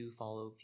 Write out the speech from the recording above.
follow